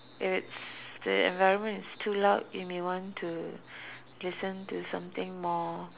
if it's the environment is too loud you may want to listen to something more